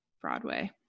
Broadway